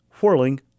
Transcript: whirling